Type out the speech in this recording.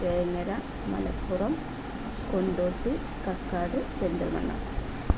Vengara Malappuram Kondotty Kakkad Perinthalmanna